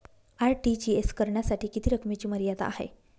RTGS करण्यासाठी किती रकमेची मर्यादा आहे?